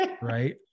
right